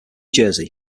jersey